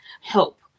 help